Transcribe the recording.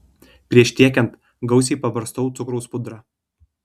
prieš tiekiant gausiai pabarstau cukraus pudra